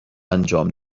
انجام